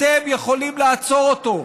אתם יכולים לעצור אותו.